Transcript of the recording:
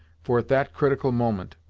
for, at that critical moment,